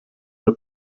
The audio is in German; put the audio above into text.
der